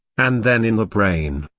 and then in the brain.